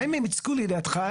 האם הם הוצגו לדעתך,